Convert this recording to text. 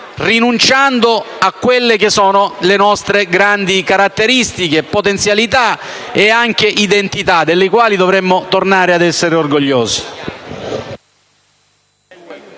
rinunciando alle nostre grandi caratteristiche, potenzialità e identità, delle quali dovremmo tornare a essere orgogliosi.